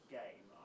game